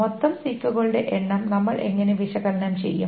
മൊത്തം സീക്കുകളുടെ എണ്ണം നമ്മൾ എങ്ങനെ വിശകലനം ചെയ്യും